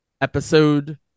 Episode